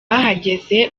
bahageze